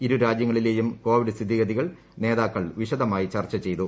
ഇരു രാജ്യങ്ങളിലെയും കോവിഡ് സ്ഥിതിഗതികൾ നേതാക്കൾ വിശദമായി ചർച്ച ചെയ്തു